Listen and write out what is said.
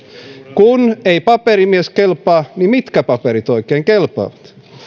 kun ei paperimies kelpaa niin mitkä paperit oikein kelpaavat